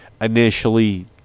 initially